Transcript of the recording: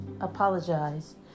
apologize